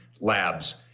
Labs